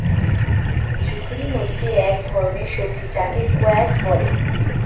zucchini হচ্ছে এক ধরনের সবজি যাকে স্কোয়াশ বলে